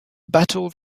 battle